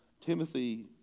Timothy